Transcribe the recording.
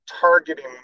targeting